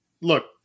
look